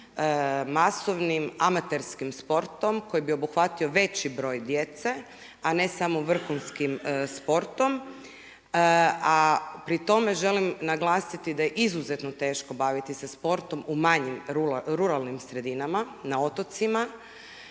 masovnim amaterskim sportom koji bi obuhvatio veći broj djece, a ne samo vrhunskim sportom, a pri tome želim naglasiti da je izuzetno teško baviti se sportom u manjim ruralnim sredinama, na otocima,